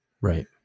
right